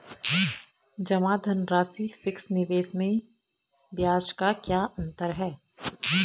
जमा धनराशि और फिक्स निवेश में ब्याज का क्या अंतर है?